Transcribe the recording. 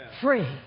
free